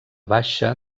baixa